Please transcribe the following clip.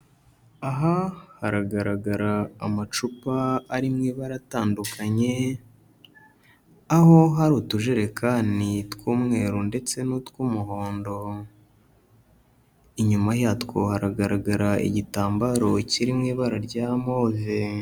Aha haragaragara amacupa ari mu ibara atandukanye, aho hari utujerekani tw'umweru ndetse n'utw'umuhondo, inyuma yatwo haragaragara igitambaro kiri mu ibara rya move.